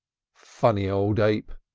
funny old ape!